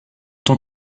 tant